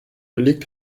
gelegt